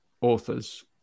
authors